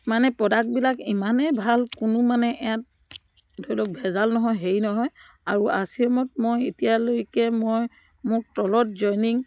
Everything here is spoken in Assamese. মানে প্ৰডাক্টবিলাক ইমানেই ভাল কোনো মানে ইয়াত ধৰি লওক ভেজাল নহয় হেৰি নহয় আৰু আৰ চি এমত মই এতিয়ালৈকে মই মোক তলত জইনিং